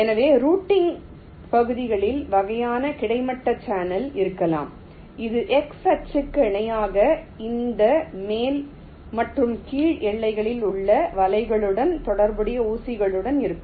எனவே ரூட்டிங் பகுதிகளின் வகைகள் கிடைமட்ட சேனலாக இருக்கலாம் இது x அச்சுக்கு இணையாக அந்த மேல் மற்றும் கீழ் எல்லைகளில் உள்ள வலைகளுடன் தொடர்புடைய ஊசிகளுடன் இருக்கும்